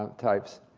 um types.